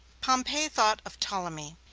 pompey thought of ptolemy.